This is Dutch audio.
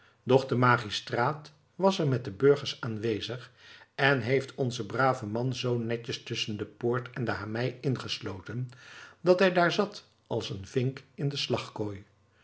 de magistraat was er met de burgers aanwezig en heeft onzen braven man zoo netjes tusschen de poort en de hamei ingesloten dat hij daar zat als een vink in de